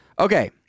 Okay